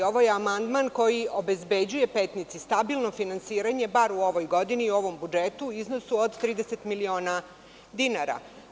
Ovo je amandman koji obezbeđuje Petnici stabilno finansiranje bar u ovoj godini i u ovom budžetu u iznosu od 30 miliona dinara.